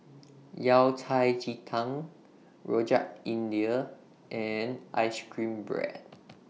Yao Cai Ji Tang Rojak India and Ice Cream Bread